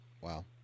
Wow